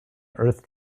earth